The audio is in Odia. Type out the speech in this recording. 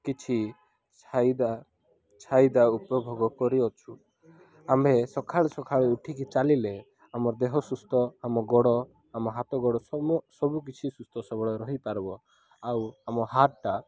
କିଛି ଫାଇଦା ଫାଇଦା ଉପଭୋଗ କରିଅଛୁ ଆମ୍ଭେ ସଖାଳୁ ସଖାଳୁ ଉଠିକି ଚାଲିଲେ ଆମ ଦେହ ସୁସ୍ଥ ଆମ ଗୋଡ଼ ଆମ ହାତ ଗୋଡ଼ ସବୁକିଛି ସୁସ୍ଥ ସବଳ ରହିପାରିବ ଆଉ ଆମ ହାର୍ଟ୍ଟା